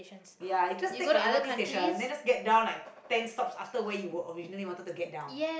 ya you just take a M_R_T station then just get down like ten stops after where you were originally wanted to get down